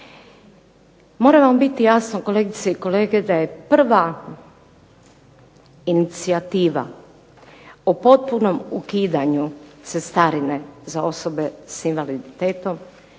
Mora vam biti jasno kolegice i kolege da je prva inicijativa o potpunom ukidanju cestarine za osobe sa invaliditetom